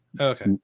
Okay